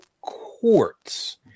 courts